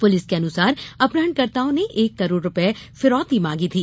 police के अनुसार अपहरणकर्ताओं ने एक करोड़ रुपए फिरौती मांगी थी